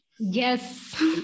Yes